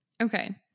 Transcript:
okay